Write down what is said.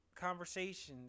conversations